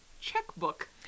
checkbook